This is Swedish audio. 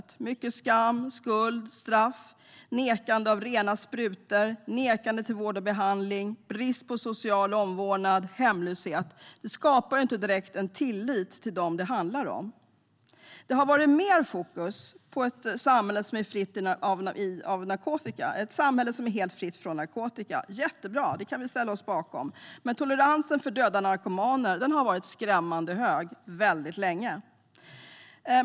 Det handlar mycket om skam, skuld, straff, nekande till rena sprutor, nekande till vård och behandling, brist på social omvårdnad, hemlöshet. Det skapar inte direkt en tillit till dem som det handlar om. Det har varit mer fokus på ett samhälle som är helt fritt från narkotika. Det är jättebra; det kan vi ställa oss bakom. Men toleransen för döda narkomaner har varit skrämmande stor väldigt länge.